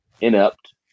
inept